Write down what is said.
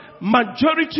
majority